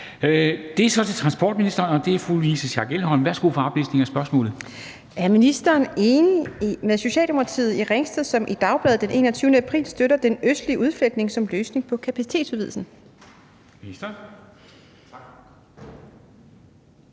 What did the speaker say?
S 1373 12) Til transportministeren af: Louise Schack Elholm (V): Er ministeren enig med Socialdemokratiet i Ringsted, som i Dagbladet den 21. april støtter den østlige udfletning som løsning på kapacitetsudvidelsen?